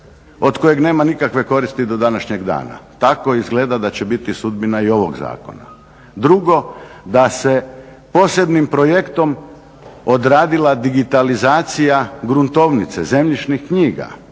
od kojeg nema nikakve koristi do današnjeg dana, tako izgleda da će biti sudbina i ovog zakona. Drugo, da se posebnim projektom odradila digitalizacija gruntovnice, zemljišnih knjiga,